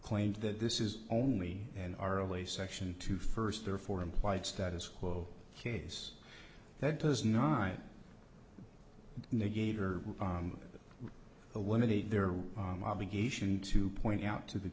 claimed that this is only an hour away section two first therefore implied status quo case that does not negate or eliminate their obligation to point out to the